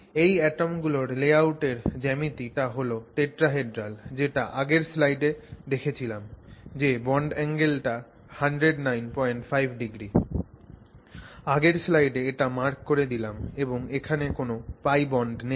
ওই অ্যাটম গুলোর লেআউট এর জ্যামিতি টা হল টেট্রাহেড্রাল যেটা আগের স্লাইডে দেখেছিলাম যে বন্ড অ্যাঙ্গেল টা 1095o আগের স্লাইডে এটা মার্ক করে দিলাম এবং এখানে কোন π বন্ড নেই